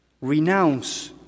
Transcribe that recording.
Renounce